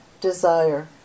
desire